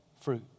fruit